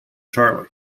charlie